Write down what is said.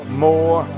more